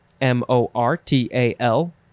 M-O-R-T-A-L